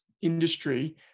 industry